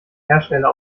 hersteller